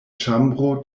ĉambro